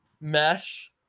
mesh